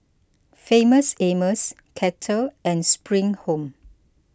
Famous Amos Kettle and Spring Home